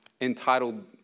entitled